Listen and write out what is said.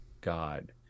God